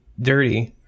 dirty